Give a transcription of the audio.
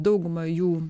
dauguma jų